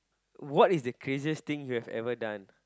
what is the craziest think you have ever done